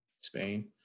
Spain